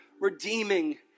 redeeming